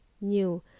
new